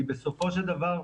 כי בסופו של דבר,